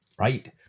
Right